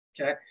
okay